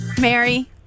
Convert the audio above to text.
Mary